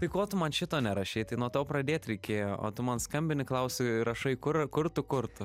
tai ko tu man šito nerašei tai nuo to pradėt reikėjo o tu man skambini klausi ir rašai kur kur tu kur tu